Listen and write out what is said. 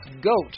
Goat